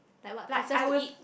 like what prefers to eat